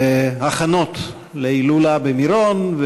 כל היום, בהכנות להילולה במירון.